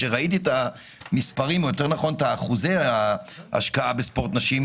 כשראיתי את אחוזי ההשקעה בספורט נשים,